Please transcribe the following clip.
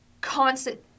constant